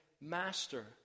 Master